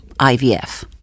IVF